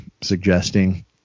suggesting